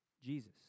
Jesus